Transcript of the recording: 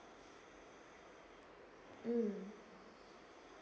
mm